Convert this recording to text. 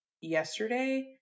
yesterday